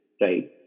right